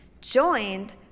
joined